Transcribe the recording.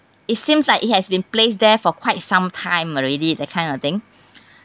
it seems like it has been placed there for quite some time already that kind of thing